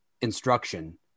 instruction